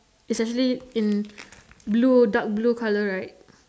it's actually in blue dark blue colour right